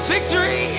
Victory